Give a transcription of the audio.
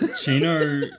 Chino